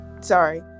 sorry